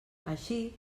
així